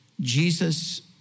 Jesus